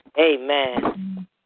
Amen